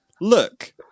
Look